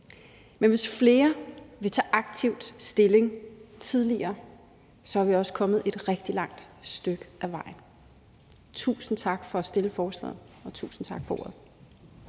Men hvis flere vil tage aktivt stilling tidligere, er vi også kommet et rigtig langt stykke ad vejen. Tusind tak for at stille forslaget, og tusind tak for ordet.